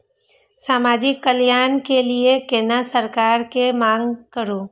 समाजिक कल्याण के लीऐ केना सरकार से मांग करु?